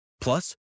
Plus